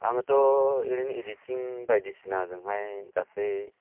आङोथ' ओरैनो एदिथिं बायदिसिना जोंहाय गासै